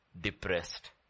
depressed